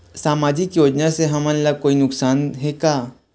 सामाजिक योजना से हमन ला कोई नुकसान हे का?